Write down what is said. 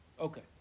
okay